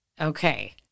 Okay